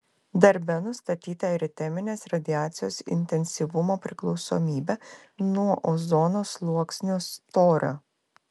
darbe nustatyta eriteminės radiacijos intensyvumo priklausomybė nuo ozono sluoksnio storio